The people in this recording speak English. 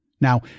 Now